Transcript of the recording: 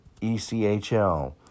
ECHL